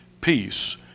peace